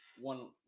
one